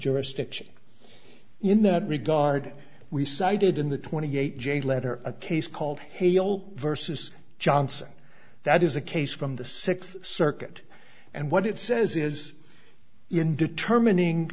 jurisdiction in that regard we cited in the twenty eight j letter a case called hale versus johnson that is a case from the sixth circuit and what it says is in determining